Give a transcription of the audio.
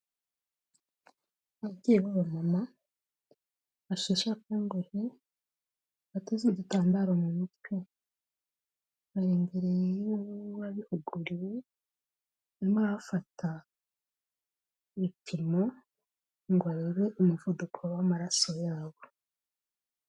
Ababyeyi b'abamama basheshe akanguhe bateze udutambaro mu mutwe bari imbere y'uwabihuguriwe bafata ibipimo ngo arebe umuvuduko w'amaraso yabo.